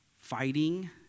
fighting